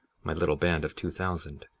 my little band of two thousand.